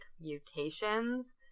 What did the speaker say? mutations